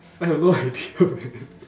I have no idea man